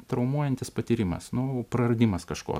į traumuojantis patyrimas nu praradimas kažko